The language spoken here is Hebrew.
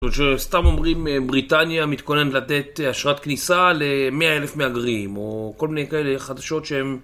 זאת אומרת שסתם אומרים בריטניה מתכונן לתת אשרת כניסה למאה אלף מהגרים או כל מיני כאלה חדשות שהם